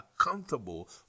accountable